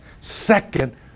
second